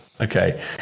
Okay